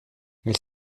elles